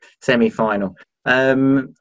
semi-final